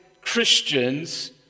Christians